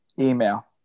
Email